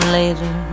later